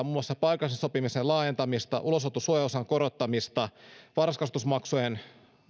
muun muassa paikallisen sopimisen laajentamista ulosoton suojaosan korottamista varhaiskasvatusmaksujen